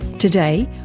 today,